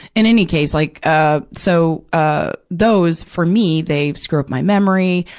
in any case, like, ah, so, ah, those, for me, they screw up my memory.